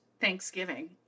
Thanksgiving